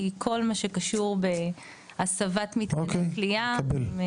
כי כל מה שקשור בהסבת מתקני כליאה- -- אוקיי,